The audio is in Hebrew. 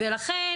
לכן,